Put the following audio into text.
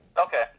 Okay